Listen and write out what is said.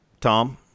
Tom